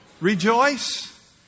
Rejoice